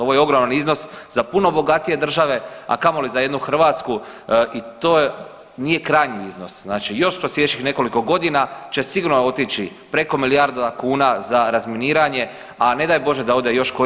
Ovo je ogroman iznos za puno bogatije države, a kamoli za jednu Hrvatsku i to je, nije krajnji iznos, znači još kroz sljedećih nekoliko godina će sigurno otići preko milijarda kuna za razminiranje, a ne da je da nemjerljivo.